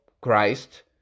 Christ